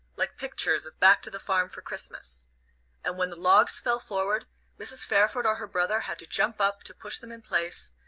like pictures of back to the farm for christmas and when the logs fell forward mrs. pairford or her brother had to jump up to push them in place,